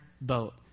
boat